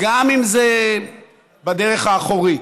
גם אם זה בדרך האחורית.